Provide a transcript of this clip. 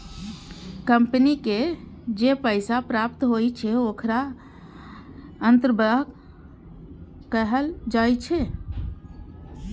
company के जे पैसा प्राप्त होइ छै, ओखरा अंतर्वाह कहल जाइ छै